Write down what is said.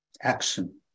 Action